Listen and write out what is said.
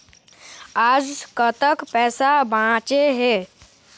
आज कतक पैसा बांचे हे?